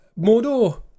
Mordor